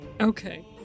Okay